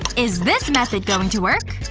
is this method going to work?